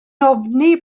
ofni